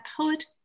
poet